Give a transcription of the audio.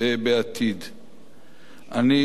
אני מכבד את כולכם,